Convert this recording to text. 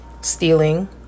stealing